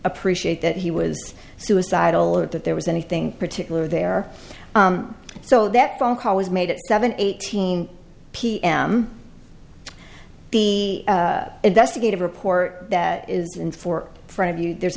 appreciate that he was suicidal or that there was anything particular there so that phone call was made at seven eighteen pm the investigative report that is in for front of you there's